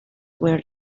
were